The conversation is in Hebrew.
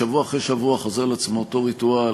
שבוע אחרי שבוע חוזר אותו ריטואל,